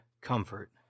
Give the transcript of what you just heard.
comfort